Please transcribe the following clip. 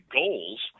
goals